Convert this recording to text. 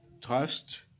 trust